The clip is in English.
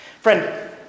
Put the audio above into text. Friend